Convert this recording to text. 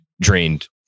drained